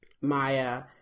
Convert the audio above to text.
Maya